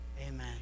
amen